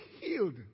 healed